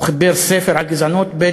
הוא חיבר ספר על גזענות, ב.